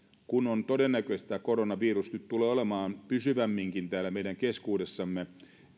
kun on todennäköistä että koronavirus nyt tulee olemaan pysyvämminkin täällä meidän keskuudessamme